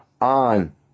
on